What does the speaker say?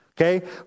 Okay